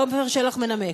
עפר שלח מנמק.